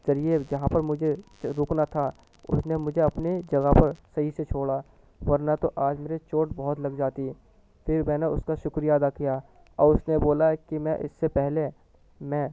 ذریعے جہاں پر مجھے رکنا تھا اس نے مجھے اپنے جگہ پر صحیح سے چھوڑا ورنہ تو آج میرے چوٹ بہت لگ جاتی پھر میں نے اس کا شکریہ ادا کیا اور اس نے بولا ہے کہ میں اس سے پہلے میں